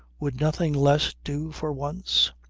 would nothing less do for once?